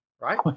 Right